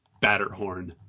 Batterhorn